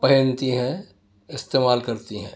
پہنتی ہیں استعمال کرتی ہیں